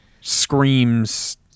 screams